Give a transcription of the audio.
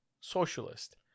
socialist